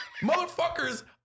motherfuckers